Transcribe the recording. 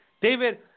David